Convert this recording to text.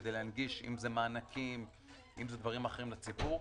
כדי להנגיש - אם זה מענקים, דברים אחרים לציבור.